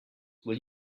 will